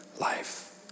life